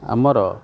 ଆମର